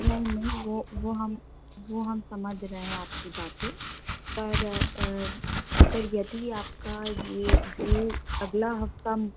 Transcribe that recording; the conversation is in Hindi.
नही नहीं वो वो हम वो हम समझ रहे हैं आपकी बातें पर अगर यदि आपका ये ये अगला हफ़्ता